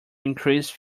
increased